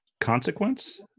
consequence